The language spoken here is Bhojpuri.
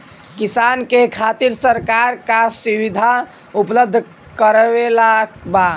किसान के खातिर सरकार का सुविधा उपलब्ध करवले बा?